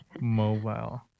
Mobile